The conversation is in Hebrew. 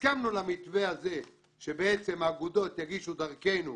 הסכמנו למתווה הזה שהאגודות יגישו דרכנו,